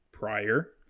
prior